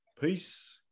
Peace